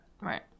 Right